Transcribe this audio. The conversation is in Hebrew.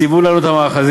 ציוו לנו את המאחזים.